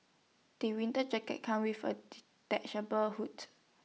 the winter jacket come with A hood